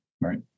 Right